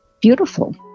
beautiful